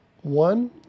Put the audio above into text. One